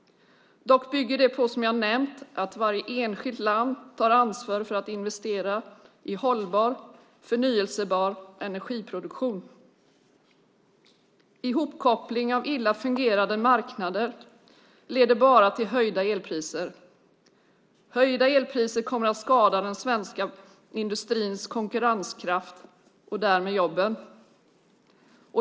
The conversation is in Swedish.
Dock bygger det, som jag nämnt, på att varje enskilt land tar ansvar för att investera i hållbar förnybar energiproduktion. Ihopkoppling av illa fungerande marknader leder bara till höjda elpriser. Höjda elpriser kommer att skada den svenska industrins konkurrenskraft och därmed jobben.